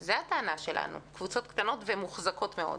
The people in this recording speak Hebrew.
זו הטענה שלנו קבוצות קטנות ומוחזקות מאוד.